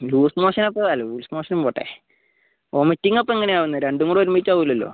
loose motion ഇപ്പം loose motion പോട്ടേ vomiting അപ്പോൾ എങ്ങനെയാണ് വന്നത് രണ്ടും കൂടി ഒരുമിച്ചാവില്ലല്ലോ